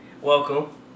Welcome